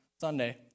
Sunday